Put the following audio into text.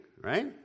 right